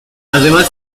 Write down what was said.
además